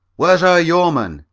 where's our yeoman?